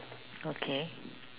okay